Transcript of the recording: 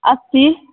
अस्सी